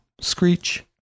screech